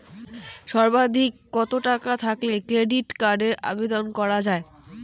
সর্বাধিক কত টাকা থাকলে ক্রেডিট কার্ডের আবেদন করা য়ায়?